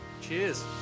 Cheers